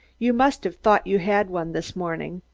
you must have thought you had one this morning.